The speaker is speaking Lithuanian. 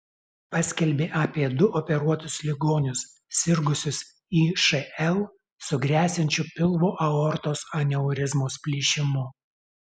paskelbė apie du operuotus ligonius sirgusius išl su gresiančiu pilvo aortos aneurizmos plyšimu